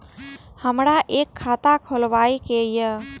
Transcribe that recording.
हमरा एक खाता खोलाबई के ये?